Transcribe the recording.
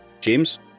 James